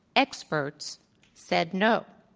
experts said, no.